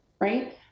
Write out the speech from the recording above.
right